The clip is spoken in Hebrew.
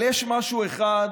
יש משהו אחד